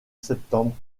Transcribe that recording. septembre